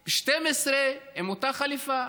12, עם אותה חליפה.